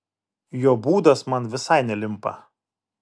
jo būdas man visai nelimpa